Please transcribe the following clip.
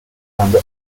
quando